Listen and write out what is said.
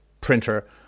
printer